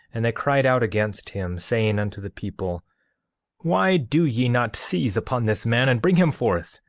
and they cried out against him, saying unto the people why do ye not seize upon this man and bring him forth,